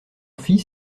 fils